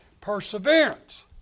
perseverance